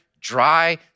dry